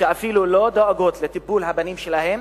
שאפילו לא דואגות לטיפול לבנים שלהן,